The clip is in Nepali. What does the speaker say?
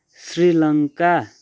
श्रीलङ्का